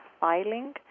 filing